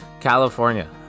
California